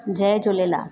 Jay Jhulelal